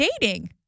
dating